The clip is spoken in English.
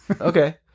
Okay